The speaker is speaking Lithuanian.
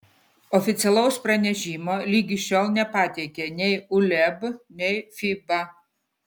oficialaus pranešimo ligi šiol nepateikė nei uleb nei fiba